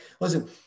Listen